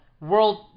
world